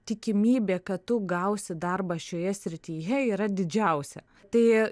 tikimybė kad tu gausi darbą šioje srityje yra didžiausia tai